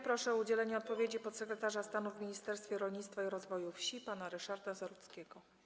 Proszę o udzielenie odpowiedzi podsekretarza stanu w Ministerstwie Rolnictwa i Rozwoju Wsi pana Ryszarda Zarudzkiego.